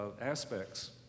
aspects